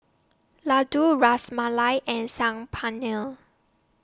Ladoo Ras Malai and Saag Paneer